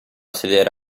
sedere